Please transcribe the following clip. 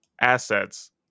assets